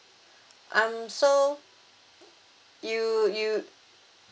um so you you